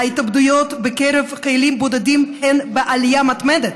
ההתאבדויות בקרב חיילים בודדים בעלייה מתמדת,